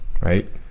right